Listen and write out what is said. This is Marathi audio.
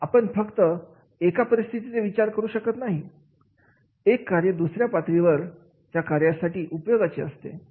आपण फक्त एका परिस्थितीचा विचार करू शकत नाही एक कार्य दुसऱ्या पातळीवरील कार्यासाठी उपयोगाचे असते